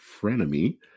frenemy